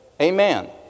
Amen